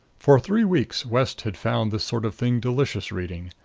for three weeks west had found this sort of thing delicious reading.